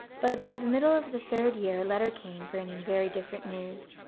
but about the middle of the third year a letter came bringing very different news.